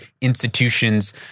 institutions